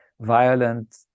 violent